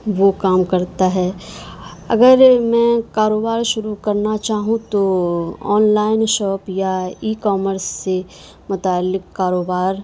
وہ کام کرتا ہے اگر میں کاروبار شروع کرنا چاہوں تو آن لائن شاپ یا ای کامرس سے متعلق کاروبار